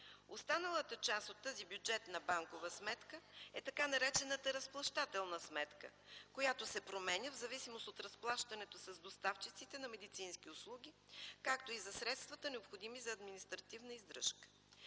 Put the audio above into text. Останалата част от тази бюджетна банкова сметка е така наречената разплащателна сметка, която се променя в зависимост от разплащането с доставчиците на медицински услуги, както и за средствата, необходими за административна издръжка.